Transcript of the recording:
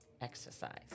Exercise